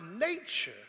nature